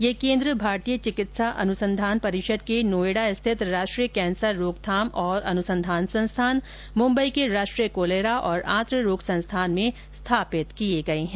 ये केन्द्र भारतीय चिकित्सा अनुसंधान परिषद के नोएडा स्थित राष्ट्रीय कैंसर रोकथाम और अनुसंधान संस्थान मुंबई के राष्ट्रीय कोलेरा और आंत्ररोग संस्थान में स्थापित किए गए हैं